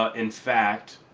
ah in fact